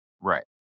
Right